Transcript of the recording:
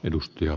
edustaja